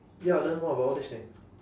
ya learn more about all this thing